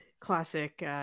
classic